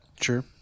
Sure